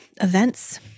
events